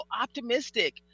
optimistic